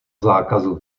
zákazu